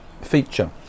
feature